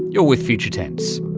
you're with future tense.